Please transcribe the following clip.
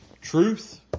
Truth